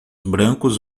brancos